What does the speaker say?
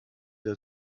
der